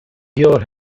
your